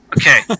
Okay